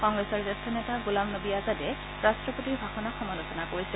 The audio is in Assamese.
কংগ্ৰেছৰ জ্যেষ্ঠ নেতা গোলাম নবী আজাদে ৰট্ৰপতিৰ ভাষণক সমালোচনা কৰিছে